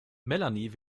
melanie